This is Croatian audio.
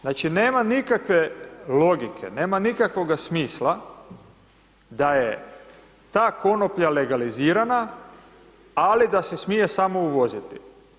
Znači, nema nikakve logike, nema nikakvoga smisla da je ta konoplja legalizirana, ali da se smije samo uvoziti.